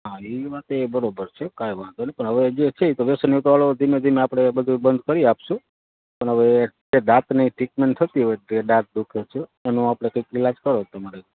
હા એ વાત અય બરાબર છે કંઈ વાંધો નહીં પણ હવે જે છે એ તો વ્યસન હાલો ધીમે ધીમે આપણે બધુંય બંધ કરીએ આપીશું પણ હવે જે દાંતની ટ્રીટમેન્ટ થતી હોય જે દાંત દુઃખે છે એનો આપણે કંઈક ઈલાજ કરો તમારે